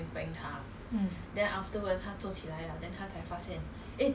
I see !huh! then how